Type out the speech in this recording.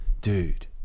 Dude